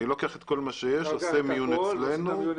אני לוקח את כל מה שיש ועושה אצלנו את המיון.